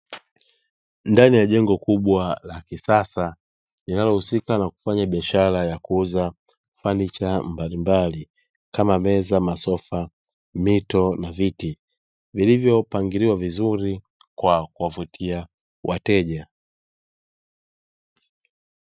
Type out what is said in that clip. Ndani ya jengo kubwa la kisasa linalohusika na kufanya bishara ya kuuza fanicha mbalimbali kama meza, masofa, mito na viti, vilivyopangiliwa vizuri kwa kuwavutia wateja.